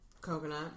Coconut